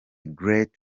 great